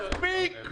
מספיק.